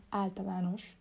általános